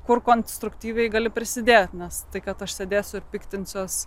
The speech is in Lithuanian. kur konstruktyviai gali prisidėti nes tai kad aš sėdėsiu ir piktinsiuosi